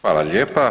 Hvala lijepa.